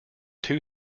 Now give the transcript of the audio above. two